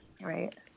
Right